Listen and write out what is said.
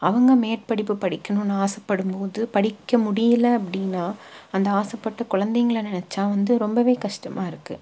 அவங்க மேற்படிப்பு படிக்கணும்னு ஆசைப்படும்போது படிக்க முடியல அப்படினா அந்த ஆசைப்பட்டு குழந்தைங்களை நினச்சா வந்து ரொம்பவே கஷ்டமா இருக்குது